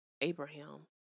Abraham